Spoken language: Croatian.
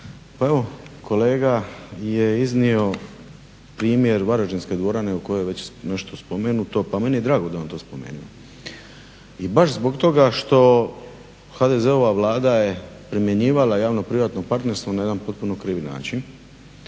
Pa evo kolega je iznio primjer Varaždinske dvorane o kojoj je već nešto spomenuto, pa meni je drago da je on to spomenuo. I baš zbog toga što HDZ-ova vlada je primjenjivala javno-privatno partnerstvo jedan potpuno krivi način